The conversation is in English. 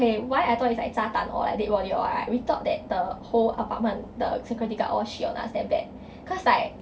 okay why I thought it's like 炸弹 or what or dead body or what right we thought that the whole apartment the security guard will shit on us damn bad cause like